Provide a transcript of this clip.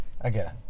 Again